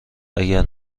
اگر